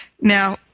Now